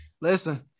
Listen